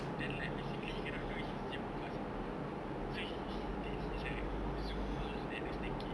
then like basically he cannot do his gym workouts anymore so he he did his like Zoom calls at the staircase